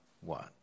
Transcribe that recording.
One